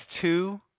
two